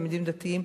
תלמידים דתיים,